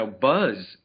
buzz